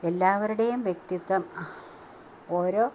എല്ലാവരുടെയും വ്യക്തിത്വം ഓരോ